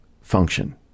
function